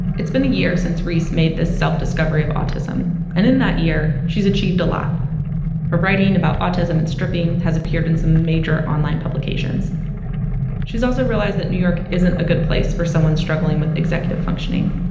it's been a year since reese made this self discovery of autism and in that year, she's achieved a lot her writing about autism and stripping has appeared in some major online publications she's also realized that new york isn't a good place for someone struggling with executive functioning.